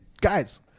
Guys